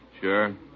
Sure